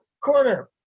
corner